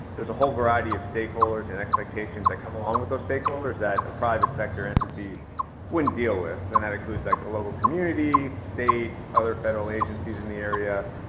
there's a whole variety of stakeholders and expectations that come along with those stakeholders that a private sector entity wouldn't deal with and that includes like the local community estate, other federal agencies in the area